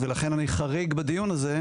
ולכן אני חריג בדיון הזה,